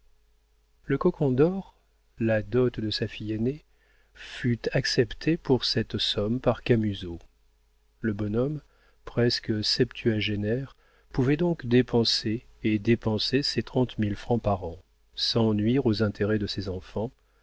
le cocon dor la dot de sa fille aînée fut accepté pour cette somme par camusot le bonhomme presque septuagénaire pouvait donc dépenser et dépensait ses trente mille francs par an sans nuire aux intérêts de ses enfants